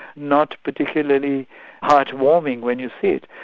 not particularly heartwarming when you see it,